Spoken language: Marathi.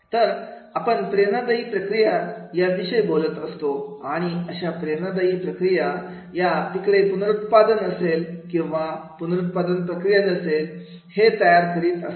तर आपण प्रेरणादायी प्रक्रिया विषयी बोलत असतो आणि अशा प्रेरणादायी प्रक्रिया या तिकडे पुनरुत्पादन असेल किंवा पुनरुत्पादन प्रक्रिया नसेल हे तयार करीत असतात